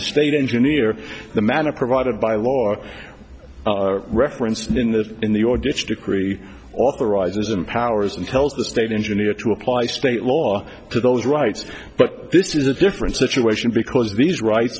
the state engineer the manner provided by law or referenced in the in the or ditch decree authorizes and powers and tells the state engineer to apply state law to those rights but this is a different situation because these rights